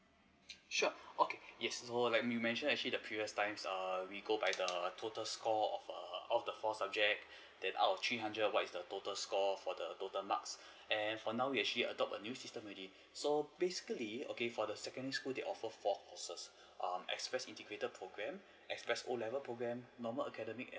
sure okay yes so like you mentioned actually the previous times err we go by the total score of a of the four subject then out of three hundred what is the total score for the total marks and for now we actually adopt a new system already so basically okay for the secondary school they offer four courses um express integrated programme express O level programme normal academic and